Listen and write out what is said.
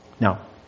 Now